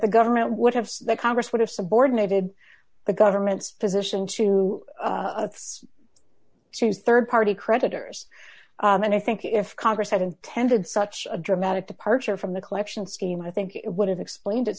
the government would have that congress would have subordinated the government's position to choose rd party creditors and i think if congress had intended such a dramatic departure from the collection scheme i think it would have explained it